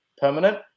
permanent